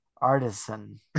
artisan